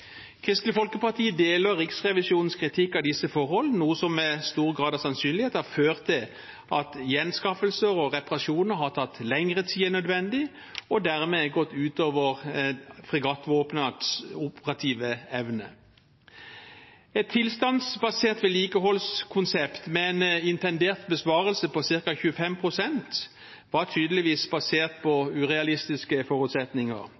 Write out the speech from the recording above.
Kristelig Folkeparti støtter Riksrevisjonens kritikk av disse forholdene noe som med stor grad av sannsynlighet har ført til at gjenanskaffelser og reparasjoner har tatt lengre tid enn nødvendig og dermed gått ut over fregattvåpenets operative evne. Et tilstandsbasert vedlikeholdskonsept med en intendert besparelse på ca. 25 pst. var tydeligvis basert på urealistiske forutsetninger.